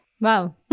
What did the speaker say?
Wow